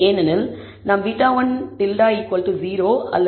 ஏனெனில் நாம் β̂10 அல்லது